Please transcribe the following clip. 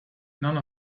none